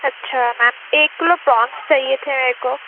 اچھا میم ایک kilo prunes چاہیے تھے میرے کو